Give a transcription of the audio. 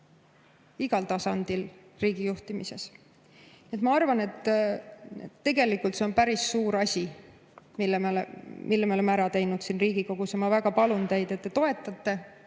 igal tasandil riigijuhtimises. Ma arvan, et tegelikult see on päris suur asi, mille me oleme ära teinud siin Riigikogus. Ja ma väga palun teid, et te toetate.